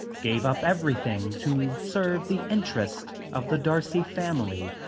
gave up everything to serve the interests of the darcy family.